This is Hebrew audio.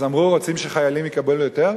אז אמרו: רוצים שחיילים יקבלו יותר?